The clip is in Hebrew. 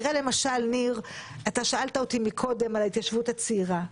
ניר, למשל, שאלת אותי קודם על ההתיישבות הצעירה.